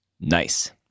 Nice